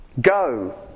Go